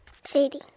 Sadie